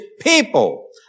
people